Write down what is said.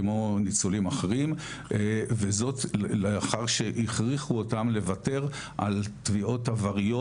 כמו ניצולים אחרים וזאת לאחר שהכריחו אותם לוותר על תביעות עבריות,